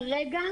שכרגע,